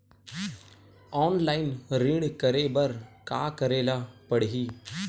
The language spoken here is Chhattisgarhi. ऑनलाइन ऋण करे बर का करे ल पड़हि?